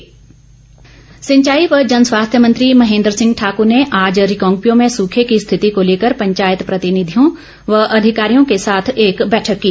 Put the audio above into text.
महेंद्र सिंह सिंचाई य जनस्वास्थ्य मंत्री महेंद्र सिंह ठाक्र ने आज रिकांगपिओ में सूखे की स्थिति को लेकर पंचायत प्रतिनिधियों व अधिकारियों के साथ एक बैठक की